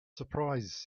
surprise